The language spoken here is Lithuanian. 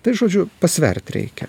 tai žodžiu pasvert reikia